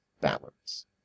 balance